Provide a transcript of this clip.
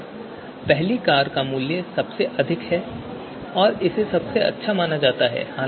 अब पहली कार का मूल्य सबसे अधिक है और इसे सबसे अच्छा माना जाता है